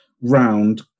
round